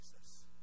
Jesus